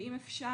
ואם אפשר,